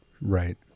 right